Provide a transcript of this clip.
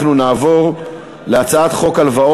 בעד,